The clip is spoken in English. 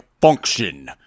Function